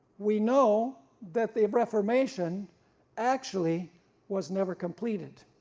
we know that the reformation actually was never completed,